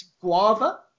Guava